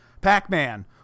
pac-man